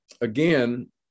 Again